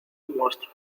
nuestro